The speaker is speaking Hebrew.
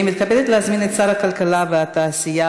אני מתכבדת להזמין את שר הכלכלה והתעשייה,